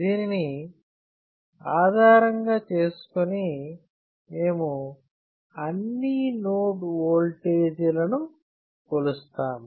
దీనిని ఆధారంగా చేసుకుని మేము అన్ని నోడ్ వోల్టేజీలను కొలుస్తాము